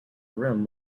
rim